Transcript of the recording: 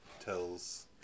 tells